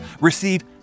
receive